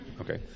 Okay